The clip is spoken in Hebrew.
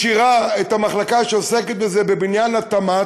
משאירה את המחלקה שעוסקת בזה בבניין התמ"ת,